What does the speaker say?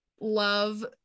love